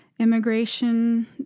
Immigration